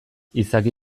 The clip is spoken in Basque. izaki